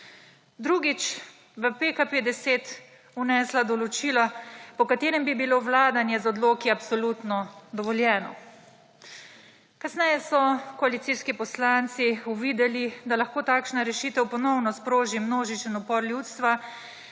Drugič, v PKP 10 vnesla določila, po katerem bi bilo vladanje z odloki absolutno dovoljeno. Kasneje so koalicijski poslanci uvideli, da lahko takšna rešitev ponovno sproži množičen upor ljudstva